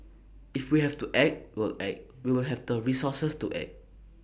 if we have to act we'll act we will have the resources to act